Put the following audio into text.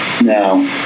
No